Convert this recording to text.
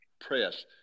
press